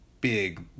big